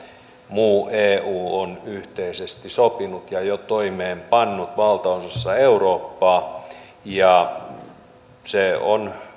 muu eu on yhteisesti sopinut ja jo toimeenpannut valtaosassa eurooppaa se on